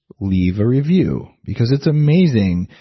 leave a review, because it's amazing.